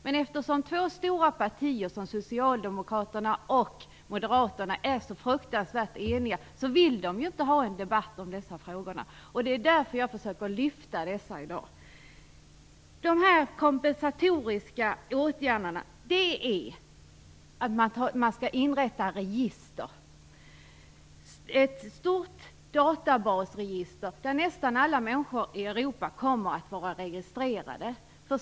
Men eftersom två stora partier - Socialdemokraterna och Moderaterna - är så fruktansvärt eniga vill de ju inte ha en debatt om dessa frågor. Det är därför som jag försöker att lyfta fram dem i dag. De kompensatoriska åtgärderna innebär att man skall inrätta register, ett stort databasregister där nästan alla människor i Europa kommer att vara registrerade.